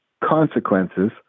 consequences